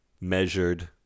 measured